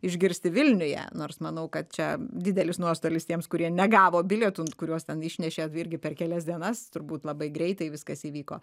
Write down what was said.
išgirsti vilniuje nors manau kad čia didelis nuostolis tiems kurie negavo bilietų kuriuos ten išnešė irgi per kelias dienas turbūt labai greitai viskas įvyko